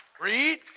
Read